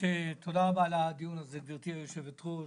תודה על הדיון הזה, גברתי היושבת-ראש,